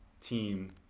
team